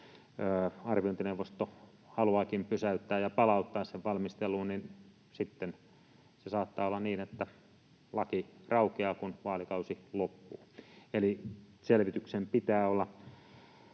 arviointineuvosto haluaakin pysäyttää ja palauttaa sen valmisteluun, sitten saattaa olla niin, että laki raukeaa, kun vaalikausi loppuu. Eli selvityksen pitää olla